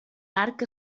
arc